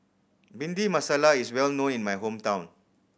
Bhindi Masala is well known in my hometown